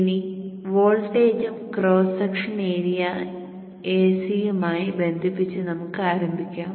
ഇനി വോൾട്ടേജും core cross section area യുമായി ബന്ധിപ്പിച്ച് നമുക്ക് ആരംഭിക്കാം